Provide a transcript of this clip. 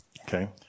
Okay